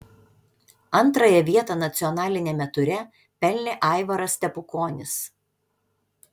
antrąją vietą nacionaliniame ture pelnė aivaras stepukonis